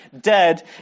Dead